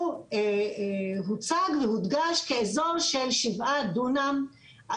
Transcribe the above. הוא הוצג והודגש כאזור של שבעה דונם,